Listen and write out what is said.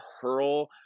hurl